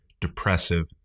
depressive